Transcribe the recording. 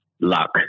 Luck